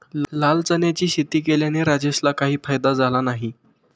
लाल चण्याची शेती केल्याने राजेशला काही फायदा झाला नाही